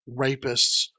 rapists